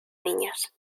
niñas